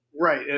Right